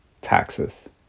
taxes